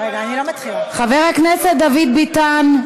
חבר הכנסת דוד ביטן,